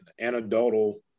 anecdotal